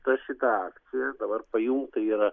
ta šita akcija dabar pajungta yra